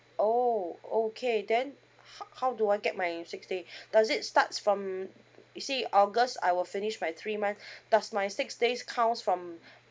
oh okay then h~ how do I get my six day does it starts from um you see august I will finish my three month does my six days counts from